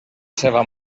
seva